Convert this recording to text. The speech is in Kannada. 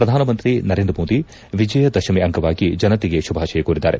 ಪ್ರಧಾನಮಂತ್ರಿ ನರೇಂದ್ರ ಮೋದಿ ವಿಜಯದಶಮಿ ಅಂಗವಾಗಿ ಜನತೆಗೆ ಶುಭಾಶಯ ಕೋರಿದ್ದಾರೆ